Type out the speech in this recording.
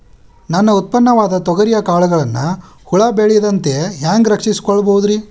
ನನ್ನ ಉತ್ಪನ್ನವಾದ ತೊಗರಿಯ ಕಾಳುಗಳನ್ನ ಹುಳ ಬೇಳದಂತೆ ಹ್ಯಾಂಗ ರಕ್ಷಿಸಿಕೊಳ್ಳಬಹುದರೇ?